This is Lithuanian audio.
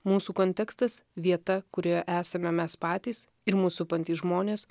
mūsų kontekstas vieta kurioje esame mes patys ir mus supantys žmonės